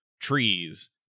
trees